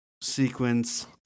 sequence